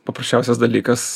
paprasčiausias dalykas